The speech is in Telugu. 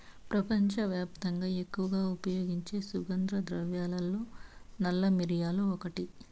ప్రపంచవ్యాప్తంగా ఎక్కువగా ఉపయోగించే సుగంధ ద్రవ్యాలలో నల్ల మిరియాలు ఒకటి